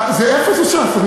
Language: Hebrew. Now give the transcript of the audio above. זה אפס או ש"ס?